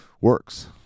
works